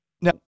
Now